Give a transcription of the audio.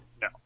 No